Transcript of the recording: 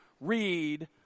read